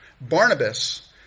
Barnabas